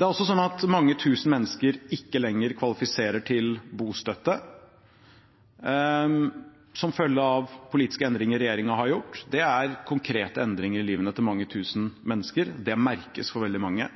Det er også sånn at mange tusen mennesker ikke lenger kvalifiserer til bostøtte som følge av politiske endringer regjeringen har gjort. Det er konkrete endringer i livet til mange tusen mennesker. Det merkes for veldig mange.